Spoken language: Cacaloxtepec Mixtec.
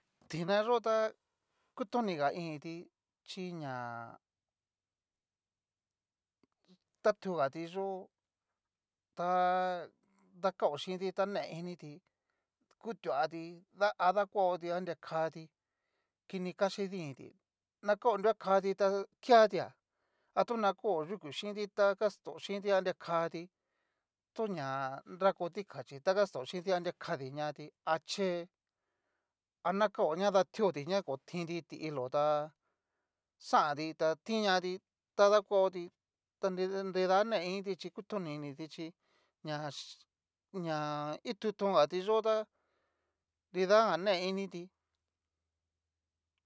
Tina yo ta kutoniganiti chí ña, tatuga ti yó ta kao chinti ta ne initi ku vati a dakuati anria kati, kini kaxi diniti na kao nrua kati tá, keati a tona kó yuku chintita kasto kinti anria kati to'ña nrako tikachi adria kadi ñati achee aña kao ña datioti ña kontinti ti ilo tá xanti ta tin ñati, ta dakuati ta nrida ne initi chí ña ña itu tongati yó tá nridajan ne initi.